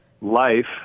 life